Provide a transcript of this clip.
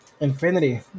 Infinity